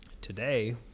today